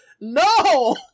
no